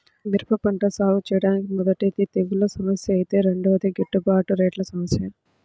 మిరప పంట సాగుచేయడానికి మొదటిది తెగుల్ల సమస్య ఐతే రెండోది గిట్టుబాటు రేట్ల సమస్య